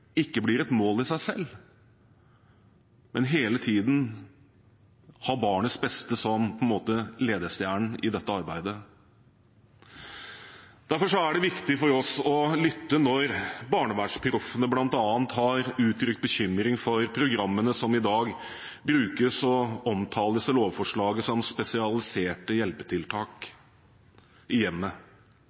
ikke blir et mål i seg selv, men at man hele tiden har barnets beste som en ledestjerne i dette arbeidet. Derfor er det viktig for oss å lytte når BarnevernsProffene bl.a. har uttrykt bekymring for programmene som i dag brukes og omtales i lovforslaget som «spesialiserte hjelpetiltak i hjemmet».